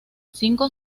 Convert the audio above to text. cinco